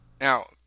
Now